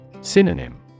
Synonym